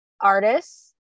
artists